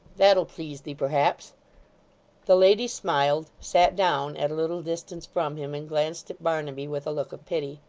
that'll please thee perhaps the lady smiled, sat down at a little distance from him, and glanced at barnaby with a look of pity.